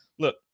Look